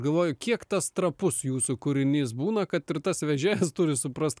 galvoju kiek tas trapus jūsų kūrinys būna kad ir tas vežėjas turi suprast